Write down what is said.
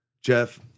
Jeff